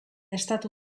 estatu